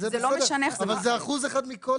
אבל זה אחוז אחד.